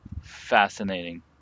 fascinating